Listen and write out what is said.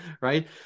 Right